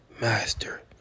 Master